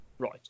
Right